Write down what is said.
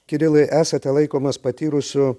kirilai esate laikomas patyrusiu